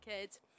kids